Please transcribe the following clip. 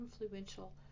influential